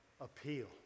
appeal